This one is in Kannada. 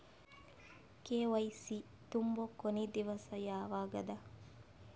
ಕೆ.ವೈ.ಸಿ ತುಂಬೊ ಕೊನಿ ದಿವಸ ಯಾವಗದ?